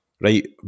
right